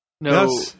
No